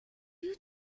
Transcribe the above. you